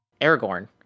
Aragorn